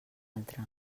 altra